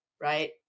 right